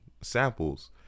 samples